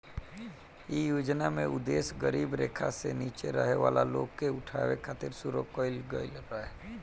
इ योजना के उद्देश गरीबी रेखा से नीचे रहे वाला लोग के उठावे खातिर शुरू कईल गईल रहे